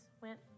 went